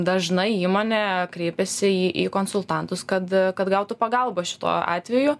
dažnai įmonė kreipiasi į į konsultantus kad kad gautų pagalbą šituo atveju